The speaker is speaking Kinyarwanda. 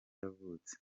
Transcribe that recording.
yavutse